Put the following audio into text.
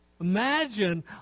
Imagine